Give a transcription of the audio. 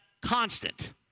constant